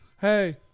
Hey